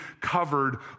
covered